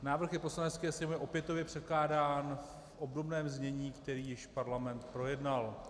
Návrh je Poslanecké sněmovně opětovně předkládán v obdobném znění, které již Parlament projednal.